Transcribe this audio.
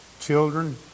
Children